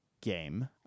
game